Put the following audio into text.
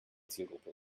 zielgruppe